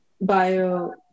bio